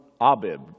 Abib